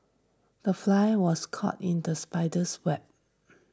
the fly was caught in the spider's web